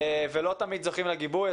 ולא תמיד זוכים לגיבוי,